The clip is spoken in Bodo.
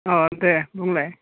अ' दे बुंलाय